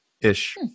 ish